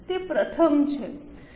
તે પ્રથમ છે